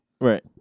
Right